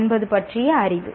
என்பது பற்றிய அறிவு